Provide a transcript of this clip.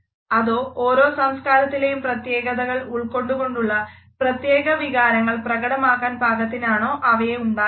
അതോ ഓരോ സംസ്കാരത്തിലേയും പ്രത്യേകതകൾ ഉൾക്കൊണ്ടുകൊണ്ടുള്ള പ്രത്യേക വികാരങ്ങൾ പ്രകടമാക്കാൻ പാകത്തിനാണോ അവയെ ഉണ്ടാക്കേണ്ടത്